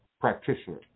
practitioner